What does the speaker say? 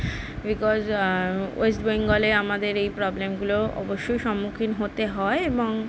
ওয়েস্টবেঙ্গলে আমাদের এই প্রব্লেমগুলো অবশ্যই সম্মুখীন হতে হয় এবং